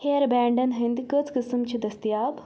hair بینٛڈن ہنٛدۍ کٔژ قٕسم چھِ دٔستِیاب